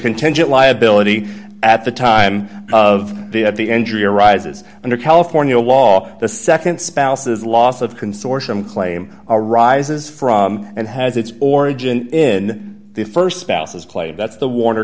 contingent liability at the time of the entry arises under california law the nd spouses loss of consortium claim arises from and has its origin in the st spouses play that's the warner